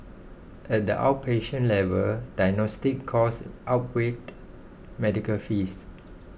at the outpatient level diagnostic costs outweighed medical fees